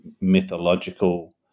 mythological